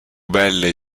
belle